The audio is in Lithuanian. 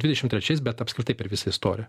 dvidešim trečiais bet apskritai per visą istoriją